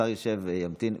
השר ישב וימתין.